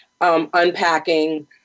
Unpacking